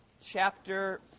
chapter